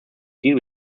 deal